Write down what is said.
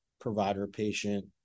provider-patient